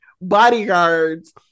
bodyguards